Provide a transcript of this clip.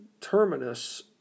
terminus